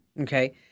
okay